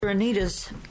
Anita's